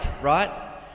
right